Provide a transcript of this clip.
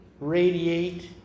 radiate